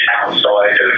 outside